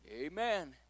Amen